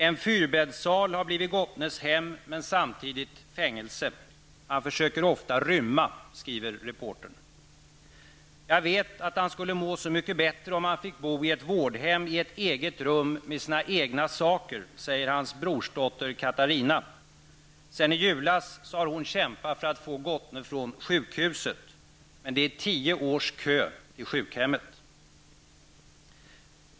En fyrbäddssal har blivit Gottnes hem men samtidigt ett fängelse. Han försöker ofta rymma, skriver reportern. Jag vet att han skulle må så mycket bättre om han fick bo på ett vårdhem i ett eget rum med sina egna saker, säger hans brorsdotter Catarina. Sedan i julas har hon kämpat för att få Gottne från sjukhuset. Men det är tio års kö till sjukhemmet.